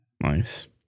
Nice